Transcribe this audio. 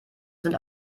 sind